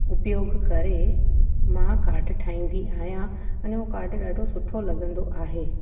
उपयोग करे मां काड ठाहींदी आहियां अने उहो काड ॾाढो सुठो लॻंदो आहे